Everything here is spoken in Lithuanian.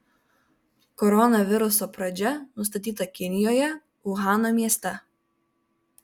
koronaviruso pradžia nustatyta kinijoje uhano mieste